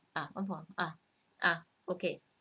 uh one four uh okay